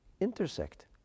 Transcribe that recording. intersect